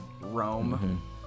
Rome